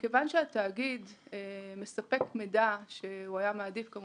מכיוון שהתאגיד מספק מידע שהוא היה מעדיף לא